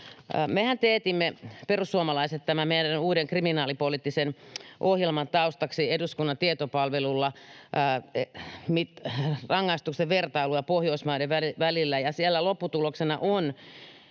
Me perussuomalaisethan teetimme tämän meidän uuden kriminaalipoliittisen ohjelman taustaksi eduskunnan tietopalvelulla rangaistuksien vertailua Pohjoismaiden välillä, ja siellä lopputuloksena on